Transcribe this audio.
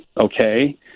okay